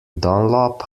dunlop